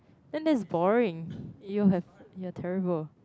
then that's boring you have you are terrible